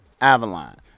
Avalon